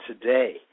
today